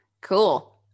cool